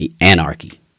Anarchy